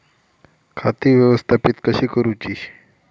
खाती व्यवस्थापित कशी करूची?